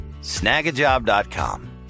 Snagajob.com